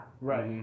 Right